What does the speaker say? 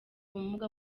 ubumuga